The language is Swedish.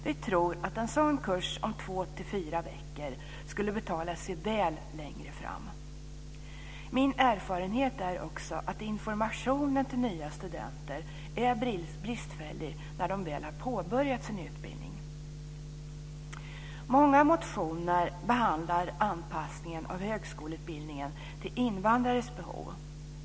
Vi tror att en sådan kurs om två till fyra veckor skulle betala sig väl längre fram. Min erfarenhet är också att informationen till nya studenter är bristfällig när de väl har påbörjat sin utbildning. Många motioner behandlar anpassningen av högskoleutbildningen till invandrares behov.